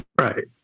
Right